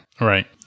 Right